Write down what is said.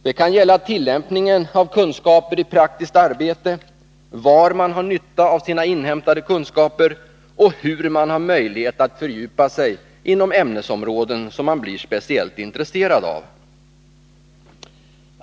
Det kan gälla tillämpningen av kunskaper i praktiskt arbete, var man har nytta av sina inhämtade kunskaper och hur man har möjlighet att fördjupa sig inom ämnesområden som man blir speciellt intresserad av.